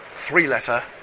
three-letter